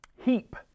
heap